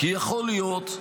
כי יכול להיות,